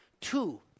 Two